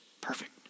Perfect